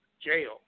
jail